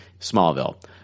Smallville